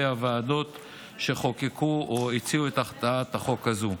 הוועדות שחוקקו או הציעו את הצעת החוק הזו.